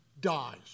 dies